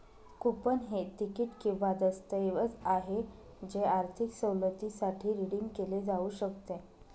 coupon हे तिकीट किंवा दस्तऐवज आहे जे आर्थिक सवलतीसाठी रिडीम केले जाऊ शकते